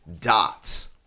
dots